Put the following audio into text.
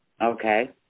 Okay